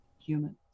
humans